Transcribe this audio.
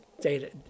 data